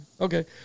Okay